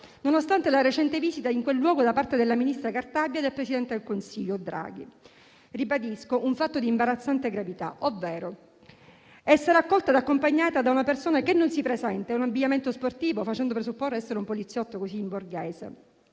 nonostante la recente visita in quel luogo da parte della ministra Cartabia e del presidente del Consiglio Draghi. Ribadisco trattarsi di un fatto di imbarazzante gravità: vengo accolta e accompagnata da una persona che non si presenta, in abbigliamento sportivo, facendo presupporre di essere un poliziotto in borghese,